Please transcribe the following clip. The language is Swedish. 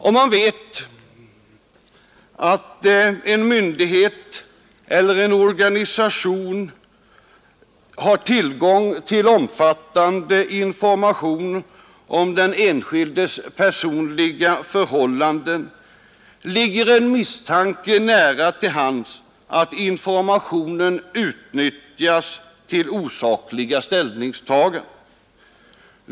Om man vet att en myndighet eller en organisation har tillgång till omfattande information om den enskildes personliga förhållanden, ligger den misstanken nära till hands att informationen utnyttjas till osakliga ställningstaganden.